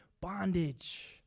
bondage